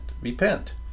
repent